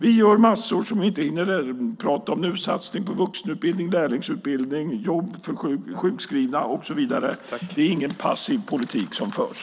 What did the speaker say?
Vi gör massor som vi inte hinner prata om nu: satsningar på vuxenutbildning, lärlingsutbildning, jobb för sjukskrivna och så vidare. Det är ingen passiv politik som förs.